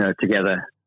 together